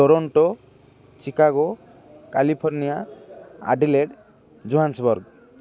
Toronto Chicago California Adelaide Johannesburg